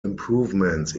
improvements